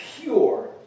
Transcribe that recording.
pure